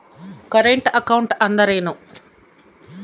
Current account ಅಂದರೇನು?